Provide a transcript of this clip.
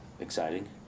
exciting